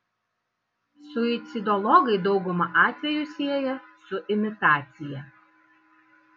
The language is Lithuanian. suicidologai daugumą atvejų sieja su imitacija